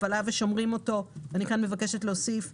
ההפעלה ושומרים אותו ואני מבקשת להוסיף כאן,